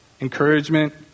encouragement